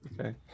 Okay